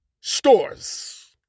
stores